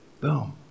Boom